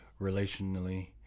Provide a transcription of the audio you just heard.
relationally